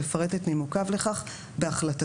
יפרט את נימוקיו לכך בהחלטתו."